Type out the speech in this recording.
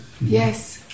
Yes